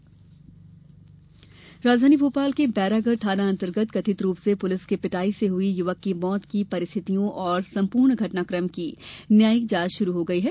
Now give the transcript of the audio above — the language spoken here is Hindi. पुलिस पिटाई राजधानी भोपाल के बैरागढ़ थाना अंतर्गत कथित रूप से पुलिस की पिटाई से हुई युवक की मौत की परिस्थितियों और सम्पूर्ण घटनाक्रम की न्यायिक जाँच शुरू हो गई है